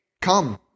come